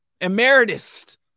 emeritus